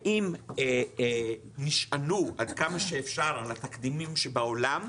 האם נשענו כמה שאפשר על התקדימים שבעולם,